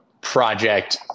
project